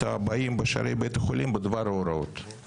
הבאים בשערי בית החולים בדבר ההוראות.